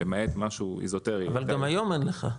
למעט משהו איזוטרי -- אבל גם היום אין לך.